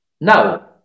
Now